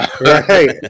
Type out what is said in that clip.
right